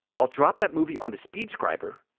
i'll drop that movie on to speedscriber.